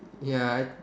ya I